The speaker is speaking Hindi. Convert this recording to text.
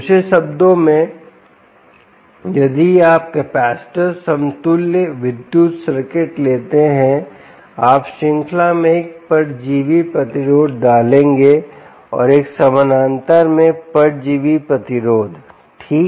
दूसरे शब्दों में यदि आप कैपेसिटर समतुल्य विद्युत सर्किट लेते हैं आप श्रृंखला में एक परजीवी प्रतिरोध डालेंगे और एक समानांतर में परजीवी प्रतिरोध ठीक